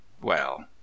well